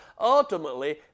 ultimately